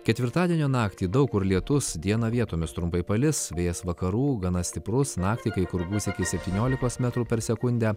ketvirtadienio naktį daug kur lietus dieną vietomis trumpai palis vėjas vakarų gana stiprus naktį kai kur gūs apie septyniolikos metrų per sekundę